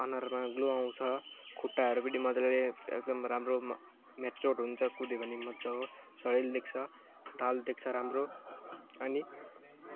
अनुहारमा ग्लो आउँछ खुट्टाहरू पनि मजाले एकदम राम्रो मेच्योर्ड हुन्छ कुदे भने मजाको शरीर देख्छ ढाल देख्छ राम्रो अनि